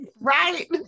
Right